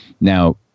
Now